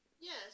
Yes